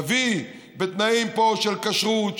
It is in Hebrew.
להביא בתנאים פה של כשרות,